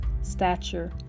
stature